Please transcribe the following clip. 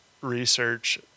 research